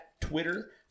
Twitter